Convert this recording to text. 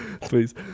Please